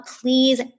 please